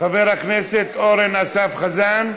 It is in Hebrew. חבר הכנסת אורן אסף חזן,